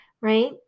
right